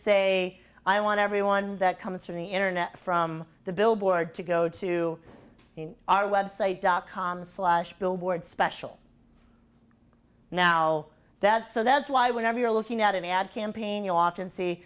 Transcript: say i want everyone that comes from the internet from the billboard to go to our website dot com slash billboard special now that's so that's why whenever you're looking at an ad campaign you often see